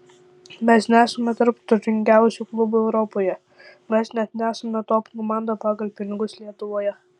mes nesame tarp turtingiausių klubų europoje mes net nesame top komanda pagal pinigus lietuvoje